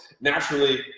naturally